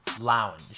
lounge